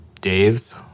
Dave's